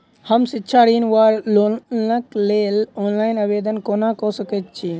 हम शिक्षा ऋण वा लोनक लेल ऑनलाइन आवेदन कोना कऽ सकैत छी?